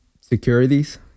securities